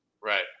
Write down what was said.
Right